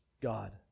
God